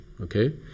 okay